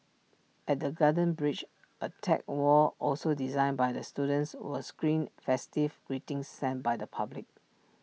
at the garden bridge A tech wall also designed by the students will screen festive greetings sent by the public